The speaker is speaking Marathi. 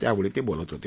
त्यावेळी ते बोलत होते